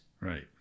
Right